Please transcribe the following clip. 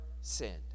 sinned